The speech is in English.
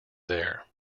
there